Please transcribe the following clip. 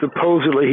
supposedly